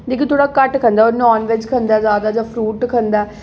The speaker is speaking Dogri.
लेकिन ओह् थोह्ड़ा घट्ट खंदा ओह् नानवेज खंदा ज्यादा जां फरूट खंदा